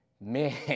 man